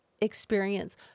experience